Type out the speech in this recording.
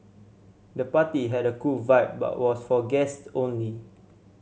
the party had a cool vibe but was for guests only